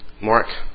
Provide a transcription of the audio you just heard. Mark